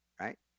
right